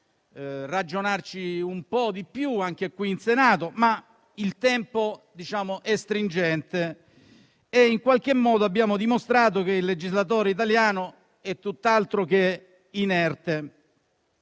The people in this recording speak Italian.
ragionarci un po' di più anche qui in Senato. Il tempo è - ahimè - stringente e abbiamo dimostrato che il legislatore italiano è tutt'altro che inerte.